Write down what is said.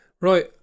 right